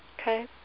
Okay